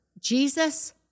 Jesus